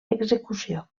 execució